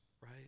right